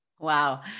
Wow